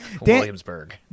Williamsburg